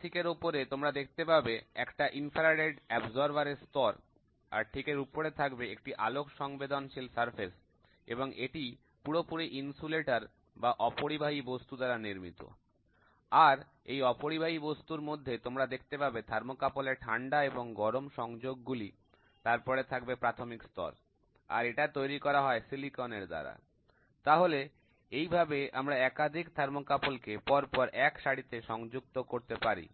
ঠিক এর ওপরে তোমরা দেখতে পাবে একটা ইনফ্রারেড শোষক এর স্তর আরে ঠিক উপরে থাকবে একটি আলোক সংবেদনশীল পৃষ্ঠতল এবং এটি পুরোপুরি অপরিবাহী বা বস্তু দ্বারা নির্মিত আর এই অপরিবাহী বস্তুর মধ্যে তোমরা দেখতে পাবে থার্মোকাপল এর ঠান্ডা এবং গরম সংযোগগুলি তারপরে থাকবে প্রাথমিক স্তর আর এটা তৈরি করা হয় সিলিকনের দ্বারা তাহলে এই এইভাবে আমরা একাধিক থার্মোকাপল কে পরপর এক সারিতে সংযুক্ত করতে পারি